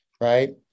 right